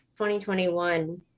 2021